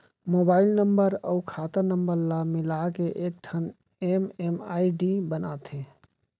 mobile number अउ खाता नंबर ल मिलाके एकठन एम.एम.आई.डी बनाथे